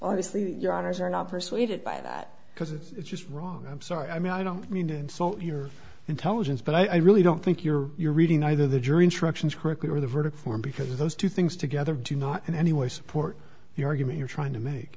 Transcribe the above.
your honour's are not persuaded by that because it's just wrong i'm sorry i mean i don't mean to insult your intelligence but i really don't think you're you're reading either the jury instructions correctly or the verdict form because those two things together do not in any way support the argument you're trying to make